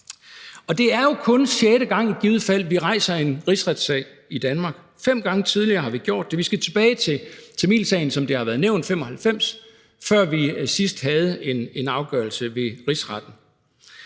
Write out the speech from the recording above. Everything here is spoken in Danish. Det er jo i givet fald kun sjette gang, vi rejser en rigsretssag i Danmark. Vi har gjort det fem gange tidligere, og vi skal tilbage til tamilsagen, som det har været nævnt, i 1995, før vi sidst havde en afgørelse ved Rigsretten.